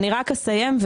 אני אסיים,